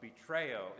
betrayal